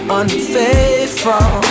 unfaithful